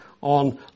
on